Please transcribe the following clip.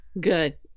Good